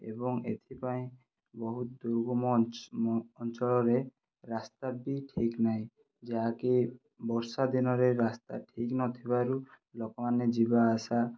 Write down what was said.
ଏବଂ ଏଥିପାଇଁ ବହୁତୁ ଦୁର୍ଗମ ଅଞ୍ଚଳରେ ରାସ୍ତା ବି ଠିକ୍ ନାହିଁ ଯାହାକି ବର୍ଷା ଦିନରେ ରାସ୍ତା ଠିକ୍ ନଥିବାରୁ ଲୋକମାନେ ଯିବା ଆସିବା